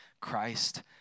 Christ